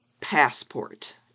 passport